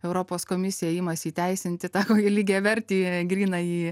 europos komisija imasi įteisinti tą jau lygiavertį grynąjį